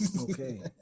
Okay